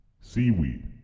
Seaweed